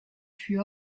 fut